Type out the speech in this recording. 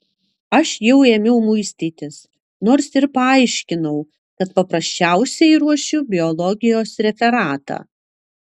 aš jau ėmiau muistytis nors ir paaiškinau kad paprasčiausiai ruošiu biologijos referatą